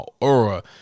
aura